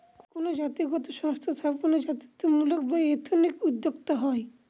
কোনো জাতিগত সংস্থা স্থাপনে জাতিত্বমূলক বা এথনিক উদ্যোক্তা হয়